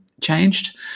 changed